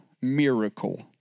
miracle